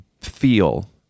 feel